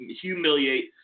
humiliate